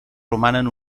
romanen